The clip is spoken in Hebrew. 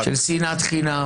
של שנאת חינם.